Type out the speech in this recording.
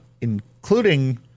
including